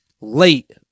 Late